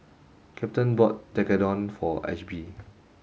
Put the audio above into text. captain bought Tekkadon for Ashby